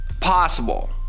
possible